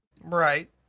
Right